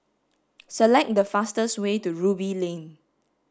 select the fastest way to Ruby Lane